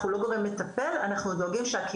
אנחנו לא גורם מטפל,